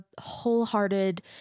wholehearted